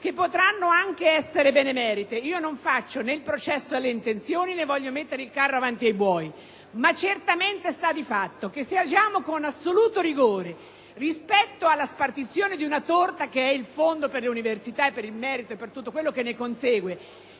che potranno anche essere benemerite: non faccio né il processo alle intenzioni né voglio mettere il carro davanti ai buoi. Ma certamente sta di fatto che se agiamo con assoluto rigore rispetto alla spartizione di una torta, che è il fondo per le università, per il merito e per tutto quello che ne consegue